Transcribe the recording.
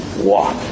walk